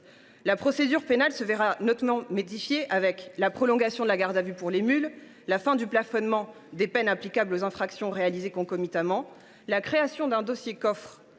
La procédure pénale sera nettement modifiée avec la prolongation de la garde à vue des mules, la fin du plafonnement des peines applicables aux infractions réalisées concomitamment, la création d’un « dossier coffre